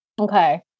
Okay